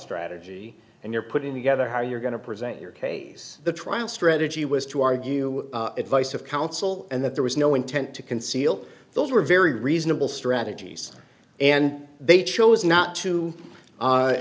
strategy and you're putting together how you're going to present your case the trial strategy was to argue advice of counsel and that there was no intent to conceal those were very reasonable strategies and they chose not to